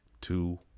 Two